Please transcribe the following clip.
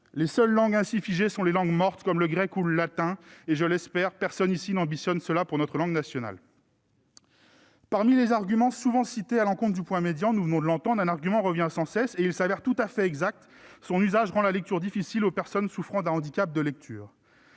Les seules langues ainsi figées sont les langues mortes, comme le grec ou le latin. J'espère que personne ici n'a cette ambition pour notre langue nationale. Parmi les arguments souvent cités à l'encontre du point médian, nous venons de l'entendre, un argument revient sans cesse, qui s'avère tout à fait exact : son usage rend la lecture difficile pour les personnes souffrant d'un handicap de lecture.